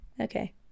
okay